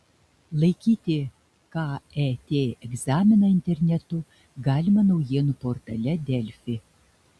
laikyti ket egzaminą internetu galima naujienų portale delfi